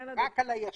רק על הישן.